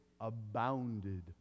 abounded